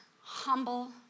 humble